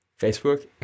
Facebook